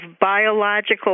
biological